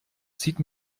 sieht